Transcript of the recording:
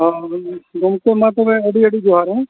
ᱦᱮᱸ ᱜᱚᱢᱠᱮ ᱢᱟ ᱛᱚᱵᱮ ᱟᱹᱰᱤ ᱟᱹᱰᱤ ᱡᱚᱦᱟᱨ ᱦᱮᱸ